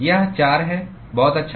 यह 4 है बहुत अच्छा